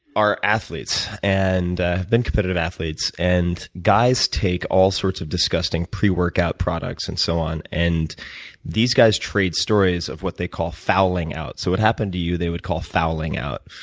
are athletes and have been competitive athletes. and guys take all sorts of disgusting pre-workout products and so on. and these guys trade stories of what they call fouling out. so what happened to you they would call fouling out.